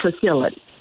facility